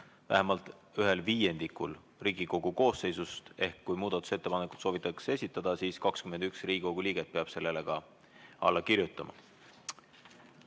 vähemalt ühel viiendikul Riigikogu koosseisust ehk kui muudatusettepanekut soovitakse esitada, siis 21 Riigikogu liiget peab sellele alla kirjutama.